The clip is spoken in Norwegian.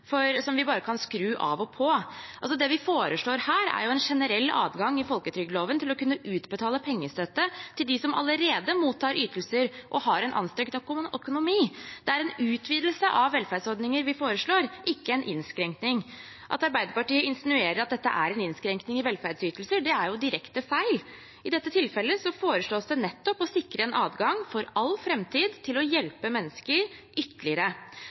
som vi bare kan skru av og på. Det vi foreslår her, er en generell adgang i folketrygdloven til å kunne utbetale pengestøtte til dem som allerede mottar ytelser og har en anstrengt økonomi. Det er en utvidelse av velferdsordninger vi foreslår, ikke en innskrenking. Når Arbeiderpartiet insinuerer at dette er en innskrenking i velferdsytelser, er det direkte feil. I dette tilfellet foreslås det nettopp å sikre en adgang, for all framtid, til å hjelpe mennesker ytterligere.